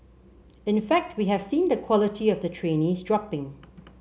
in fact we have seen the quality of the trainees dropping